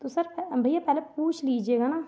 तो सर भैया पहले पूछ लीजिएगा ना